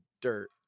dirt